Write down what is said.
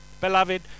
beloved